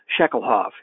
Shekelhoff